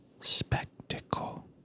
spectacle